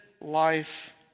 life